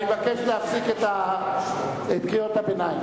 אני מבקש להפסיק את קריאות הביניים.